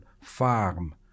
farm